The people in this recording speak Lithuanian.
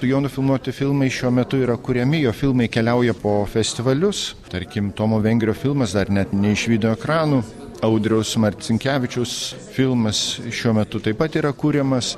jo nufilmuoti filmai šiuo metu yra kuriami jo filmai keliauja po festivalius tarkim tomo vengrio filmas dar net neišvydo ekranų audriaus marcinkevičiaus filmas šiuo metu taip pat yra kuriamas